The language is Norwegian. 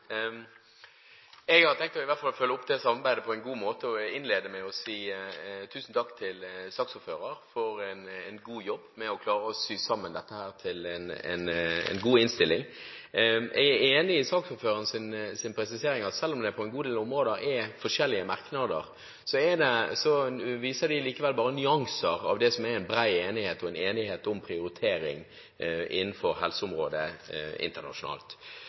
en god jobb med å sy sammen dette til en god innstilling. Jeg er enig i saksordførerens presisering av at selv om det på en god del områder er forskjellige merknader, viser de likevel bare nyanser av det som er en bred enighet, en enighet om prioritering innenfor helseområdet internasjonalt